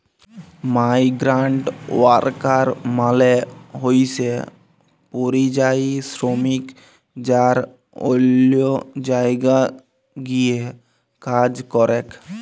migrant worker মালে হইসে পরিযায়ী শ্রমিক যারা অল্য জায়গায় গিয়ে কাজ করেক